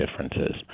differences